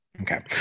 okay